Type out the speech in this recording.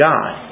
God